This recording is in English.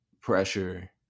pressure